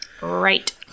Right